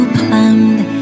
plumbed